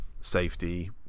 safety